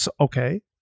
Okay